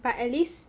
but at least